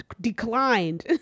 declined